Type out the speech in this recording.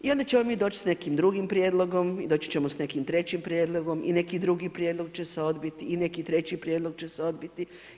I onda ćemo mi doći s nekim drugim prijedlogom i doći ćemo sa nekim trećim prijedlogom i neki drugi prijedlog će se odbiti i neki treći prijedlog će se odbiti.